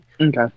Okay